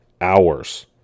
hours